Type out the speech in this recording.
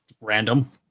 Random